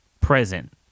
present